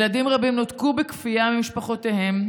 ילדים רבים נותקו בכפייה ממשפחותיהם,